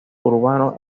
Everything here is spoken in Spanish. urbanos